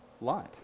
light